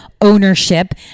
ownership